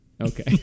Okay